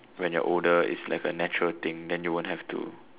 when you're older it's like a natural thing then you won't have to